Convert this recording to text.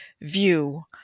view